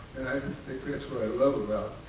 think that's what i love about